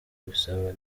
kubisaba